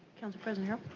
council president um